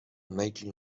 making